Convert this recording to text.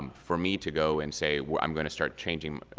for me to go and say i'm going to start changing,